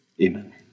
Amen